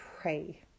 pray